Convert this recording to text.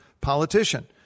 politician –